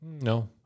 No